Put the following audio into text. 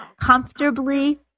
Comfortably